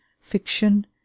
fiction